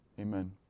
amen